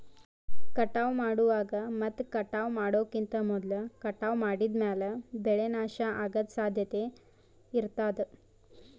ಕಟಾವ್ ಮಾಡುವಾಗ್ ಮತ್ ಕಟಾವ್ ಮಾಡೋಕಿಂತ್ ಮೊದ್ಲ ಕಟಾವ್ ಮಾಡಿದ್ಮ್ಯಾಲ್ ಬೆಳೆ ನಾಶ ಅಗದ್ ಸಾಧ್ಯತೆ ಇರತಾದ್